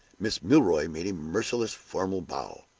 miss milroy made a mercilessly formal bow.